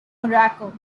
morocco